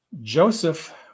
Joseph